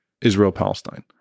Israel-Palestine